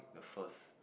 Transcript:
the first